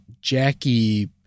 Jackie